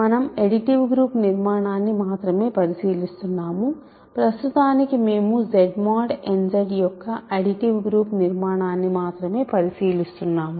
మనం additive group నిర్మాణాన్ని మాత్రమే పరిశీలిస్తున్నాము ప్రస్తుతానికి మేము Z mod n Z యొక్క అడిటివ్ గ్రూప్ నిర్మాణాన్ని మాత్రమే పరిశీలిస్తున్నాము